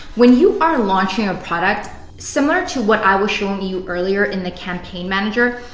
when you are launching a product, similar to what i was showing you earlier in the campaign manager,